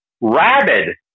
rabid